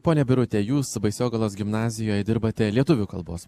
ponia birute jūs baisogalos gimnazijoj dirbate lietuvių kalbos